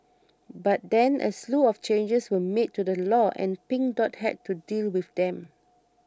but then a slew of changes were made to the law and Pink Dot had to deal with them